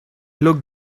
look